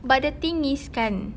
but the thing is kan